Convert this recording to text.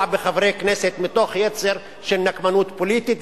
בחברי כנסת מתוך יצר של נקמנות פוליטית,